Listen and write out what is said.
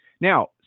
Now